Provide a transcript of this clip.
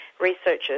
researchers